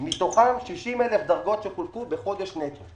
מתוכן 60,000 דרגות שחולקו בחודש נטו.